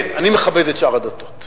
כן, אני מכבד את שאר הדתות.